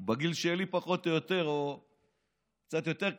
הוא בגיל שלי, פחות או יותר, או קצת יותר קטן,